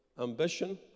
ambition